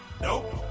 nope